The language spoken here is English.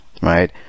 right